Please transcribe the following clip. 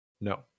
No